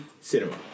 cinema